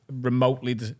remotely